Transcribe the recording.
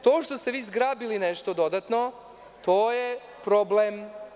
To što ste vi zgrabili nešto dodatno, to je problem.